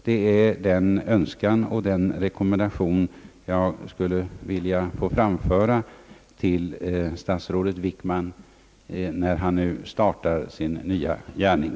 Det är den önskan och den rekommendation som jag skulle vilja framföra till statsrådet Wickman när han nu börjar sin nya gärning.